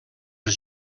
els